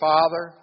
Father